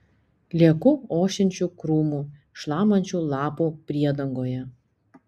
lieku ošiančių krūmų šlamančių lapų priedangoje